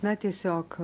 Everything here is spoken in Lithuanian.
na tiesiog